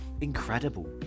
incredible